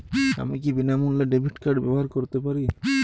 আমি কি বিনামূল্যে ডেবিট কার্ড ব্যাবহার করতে পারি?